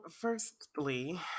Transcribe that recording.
firstly